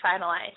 finalized